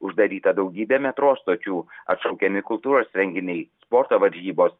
uždaryta daugybė metro stočių atšaukiami kultūros renginiai sporto varžybos